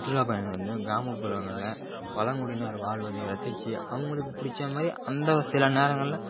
சுற்றுலாப் பயணிகள் வந்து கிராமப்புறங்களில் பழங்குடியினர் வாழ்வதையும் ரசித்து அவங்களுக்கு பிடிச்ச மாதிரி அந்த சில நேரங்களில்